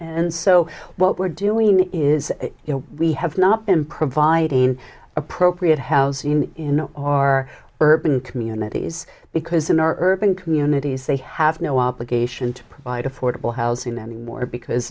and so what we're doing is we have not been providing appropriate housing in our urban communities because in our urban communities they have no obligation to provide affordable housing anymore because